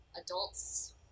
adults